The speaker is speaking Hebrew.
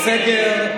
סגר.